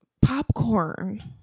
Popcorn